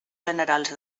generals